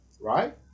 right